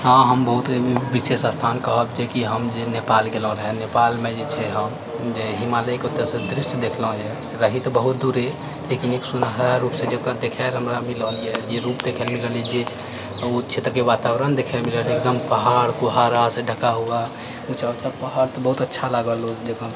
हँ हम बहुत एहिमे विशेष स्थान कहब जेकि हम जे नेपाल गेलहुँ रहऽ नेपालमे जे छै हम जे हिमालयके ओतऽसँ दृश्य देखलहूँ यऽ रही तऽ बहुत दूरी लेकिन एक सुनहरा रूपसँ जकरा देखाएल हमरा मिलल यऽ जे रूप देखाएल यऽ जे ओ क्षेत्रके वातावरण देखएमे एगदम पहाड़ कुहासासँ ढका हुआ पहाड़ तऽ बहुत अच्छा लागल देखऽमे